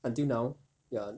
until now ya